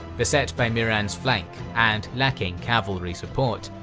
beset by mihran's flank and lacking cavalry support,